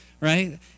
right